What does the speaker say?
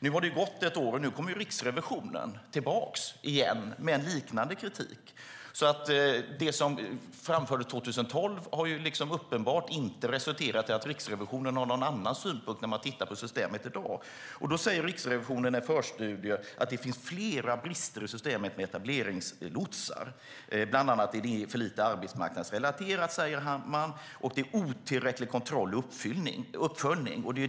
Nu har det gått ett år, och Riksrevisionen kommer tillbaka med liknande kritik. Det som framfördes 2012 har uppenbarligen inte resulterat i att Riksrevisionen har en annan synpunkt när de tittar på systemet i dag. Riksrevisionen säger i en förstudie att det finns flera brister i systemet med etableringslotsar, bland annat att det är för lite arbetsmarknadsrelaterat och att kontrollen och uppföljningen är otillräcklig.